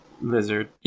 lizard